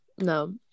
No